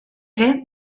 ere